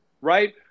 right